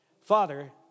Father